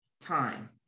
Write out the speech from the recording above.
time